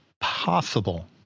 possible